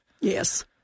Yes